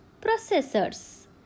processors